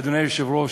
אדוני היושב-ראש,